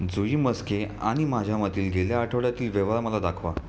जुई म्हस्के आणि माझ्यामधील गेल्या आठवड्यातील व्यवहार मला दाखवा